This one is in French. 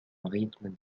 rythme